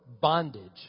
bondage